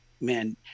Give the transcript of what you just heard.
man